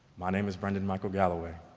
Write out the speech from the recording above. my name is brendan-michael galloway.